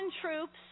troops